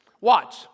Watch